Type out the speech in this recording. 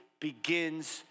begins